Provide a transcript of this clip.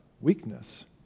weakness